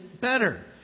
better